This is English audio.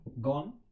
gone